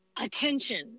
attention